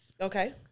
Okay